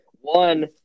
One